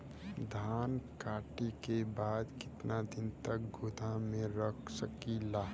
धान कांटेके बाद कितना दिन तक गोदाम में रख सकीला?